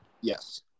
yes